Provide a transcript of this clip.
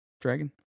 dragon